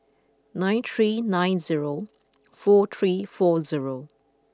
nine three nine zero four three four zero